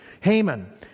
Haman